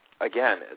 again